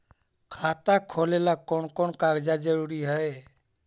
खाता खोलें ला कोन कोन कागजात जरूरी है?